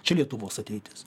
čia lietuvos ateitis